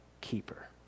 keeper